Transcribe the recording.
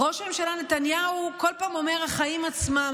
ראש הממשלה נתניהו כל פעם אומר: החיים עצמם,